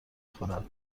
خورد